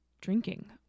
drinking